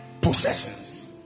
possessions